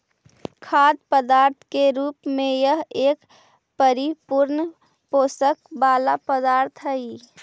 खाद्य पदार्थ के रूप में यह एक परिपूर्ण पोषण वाला पदार्थ हई